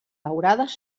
daurades